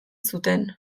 zuten